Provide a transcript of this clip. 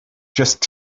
just